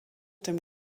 dem